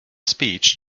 speech